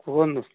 କୁହନ୍ତୁ